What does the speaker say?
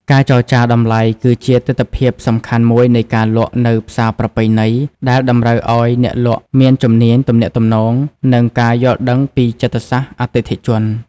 ការចរចាតម្លៃគឺជាទិដ្ឋភាពសំខាន់មួយនៃការលក់នៅផ្សារប្រពៃណី ដែលតម្រូវឱ្យអ្នកលក់មានជំនាញទំនាក់ទំនង និងការយល់ដឹងពីចិត្តសាស្ត្រអតិថិជន។